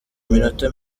minota